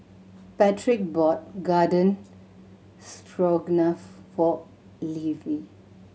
Patrick bought Garden Stroganoff for Ivie